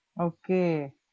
Okay